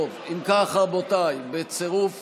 טוב, אם כך, רבותיי, בצירוף